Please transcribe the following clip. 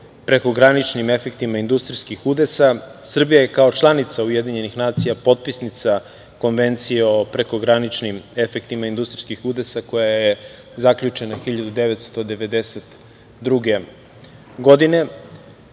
prekograničnim efektima industrijskih udesa Srbija je kao članica UN potpisnica Konvencije o prekograničnim efektima industrijskih udesa koja je zaključena 1992. godine